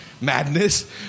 madness